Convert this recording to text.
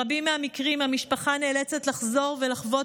ברבים מהמקרים המשפחה נאלצת לחזור ולחוות